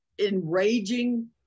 enraging